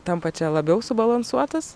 tampa čia labiau subalansuotas